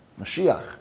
Mashiach